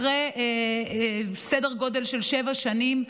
אחרי סדר גודל של שבע שנים,